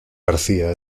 garcía